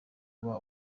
uba